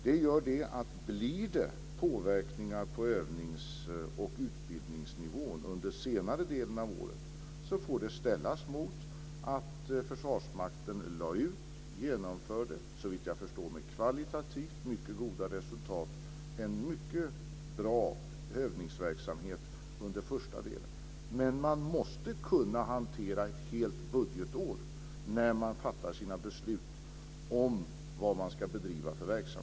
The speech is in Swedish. Det gör att om det blir påverkningar på övnings och utbildningsnivån under senare delen av året, får detta ställas mot att Försvarsmakten, såvitt jag förstår med kvalitativt mycket goda resultat, genomförde en mycket bra övningsverksamhet under första delen av året. Men man måste kunna hantera ett helt budgetår när man fattar sina beslut om vilken verksamhet man ska bedriva.